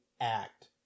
act